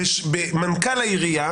מנכ"ל העירייה